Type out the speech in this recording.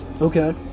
Okay